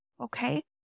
okay